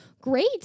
great